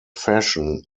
fashion